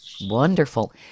Wonderful